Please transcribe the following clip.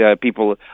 people